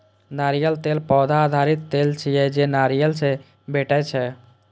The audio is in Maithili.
नारियल तेल पौधा आधारित तेल छियै, जे नारियल सं भेटै छै